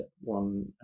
one